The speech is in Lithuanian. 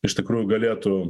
iš tikrųjų galėtų